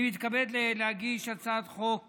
אני מתכבד להגיש הצעת חוק